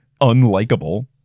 unlikable